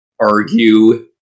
argue